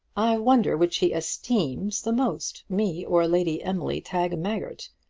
i wonder which he esteems the most, me or lady emily tagmaggert.